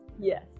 yes